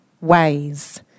ways